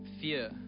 fear